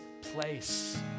place